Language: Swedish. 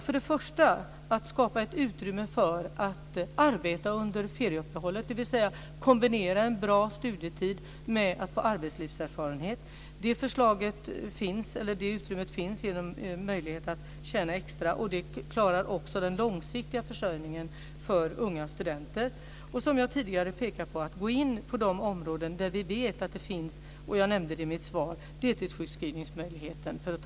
Först och främst ska det skapas utrymme för att arbeta under ferieuppehållet, dvs. kombinera en bra studietid med att få arbetslivserfarenhet. Det finns för unga studenter utrymme för att tjäna extra pengar och klara den långsiktiga försörjningen. Jag har tidigare pekat på att gå in på de områden där vi vet att det finns möjligheter - jag nämnde det i mitt svar - t.ex. när det gäller deltidssjukskrivning.